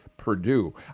Purdue